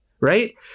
Right